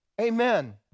Amen